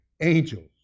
angels